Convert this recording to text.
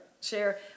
share